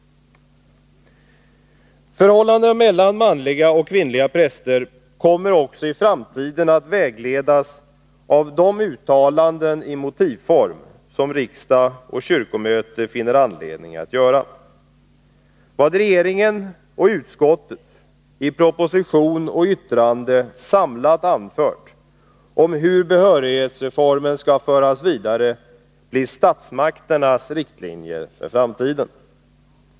Förhållandena mellan manliga och kvinnliga präster kommer också i framtiden att vägledas av de uttalanden i motivform som riksdag och kyrkomöte finner anledning att göra. Vad regeringen och utskottet i proposition och betänkande har framlagt och anfört om hur behörighetsreformen skall föras vidare blir statsmakternas riktlinjer för framtiden.